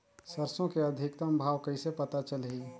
सरसो के अधिकतम भाव कइसे पता चलही?